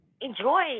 enjoy